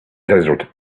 desert